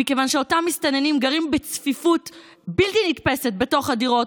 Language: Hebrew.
מכיוון שאותם מסתננים גרים בצפיפות בלתי נתפסת בתוך הדירות,